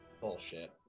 Bullshit